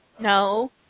no